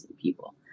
people